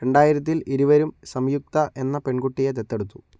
രണ്ടായിരത്തിൽ ഇരുവരും സംയുക്ത എന്ന പെൺകുട്ടിയെ ദത്തെടുത്തു